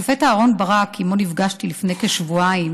השופט אהרן ברק, שעימו נפגשתי לפני כשבועיים,